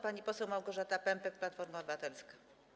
Pani poseł Małgorzata Pępek, Platforma Obywatelska.